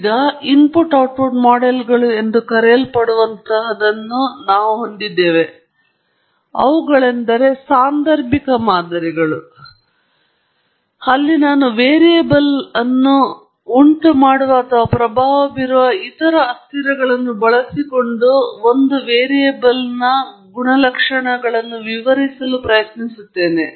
ಈಗ input output ಮಾಡೆಲ್ಗಳು ಎಂದು ಕರೆಯಲ್ಪಡುವಂತಹವುಗಳನ್ನು ನಾವು ಹೊಂದಿದ್ದೇವೆ ಅವುಗಳೆಂದರೆ ಸಾಂದರ್ಭಿಕ ಮಾದರಿಗಳು ಅಲ್ಲಿ ನಾನು ವೇರಿಯಬಲ್ ಅನ್ನು ಉಂಟುಮಾಡುವ ಅಥವಾ ಪ್ರಭಾವ ಬೀರುವ ಇತರ ಅಸ್ಥಿರಗಳನ್ನು ಬಳಸಿಕೊಂಡು ಒಂದು ವೇರಿಯಬಲ್ ಅನ್ನು ವಿವರಿಸಲು ಪ್ರಯತ್ನಿಸುತ್ತೇನೆ